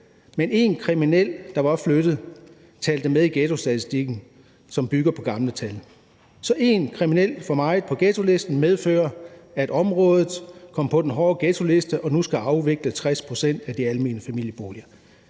men én kriminel, der var flyttet, talte med i ghettostatistikken, som bygger på gamle tal. Så én kriminel for meget på ghettolisten medførte, at området kom på den hårde ghettoliste og nu skal afvikle 60 pct. af de almene familieboliger.